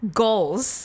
goals